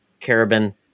carabin